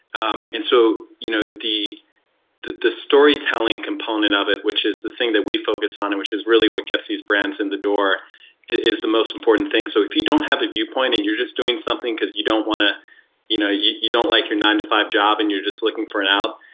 um and so you know the the storytelling component of it which is the thing that we focus on and which is really what gets these brands in the door is the most important thing. so if you don't have the viewpoint and you're just doing something because you don't want to you know you you don't like your nine to five job and you're just looking for an out,